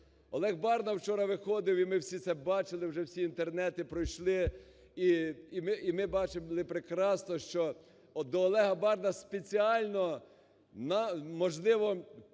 Олег Барна вчора виходив, і ми всі це бачили, вже всі Інтернети пройшли, і ми бачимо прекрасно, що до Олега Барни спеціально, можливо,